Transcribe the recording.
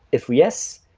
if yes,